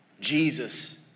Jesus